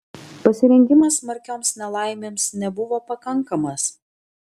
pasirengimas smarkioms nelaimėms nebuvo pakankamas